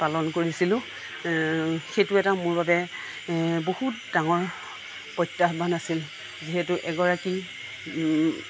পালন কৰিছিলোঁ সেইটো এটা মোৰ বাবে এ বহুত ডাঙৰ প্ৰত্যাহ্বান আছিল যিহেতু এগৰাকী